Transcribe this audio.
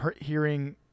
hearing